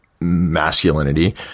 masculinity